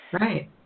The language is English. Right